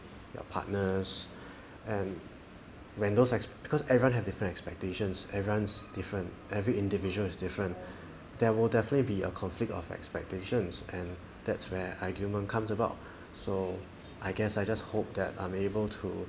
your partners and when those ex~ because everyone have different expectations everyone's different every individual is different there will definitely be a conflict of expectations and that's where argument comes about so I guess I just hope that I'm able to